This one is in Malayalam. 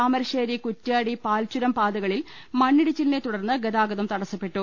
താമരശ്ശേരി കുറ്റ്യാടി പാൽച്ചുരം പാതകളിൽ മണ്ണിടിച്ചിലിനെ തുടർന്ന് ഗതാഗതം തടസ്സപ്പെട്ടു